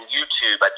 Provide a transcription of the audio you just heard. YouTube